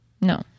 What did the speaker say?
No